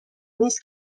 نیس